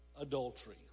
Adultery